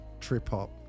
trip-hop